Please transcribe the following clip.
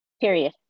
Period